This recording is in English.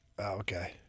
okay